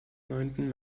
neunten